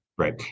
Right